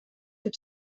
деп